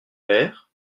père